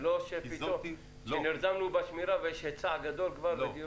זה לא שנרדמנו בשמירה ויש היצע גדול כבר לדירות?